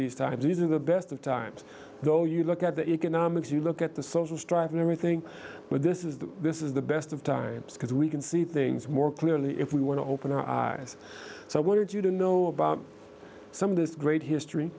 these times these are the best of times though you look at the economics you look at the social strife and everything but this is the this is the best of times because we can see things more clearly if we want to open our eyes so i wanted you to know about some of this great history